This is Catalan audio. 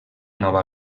nova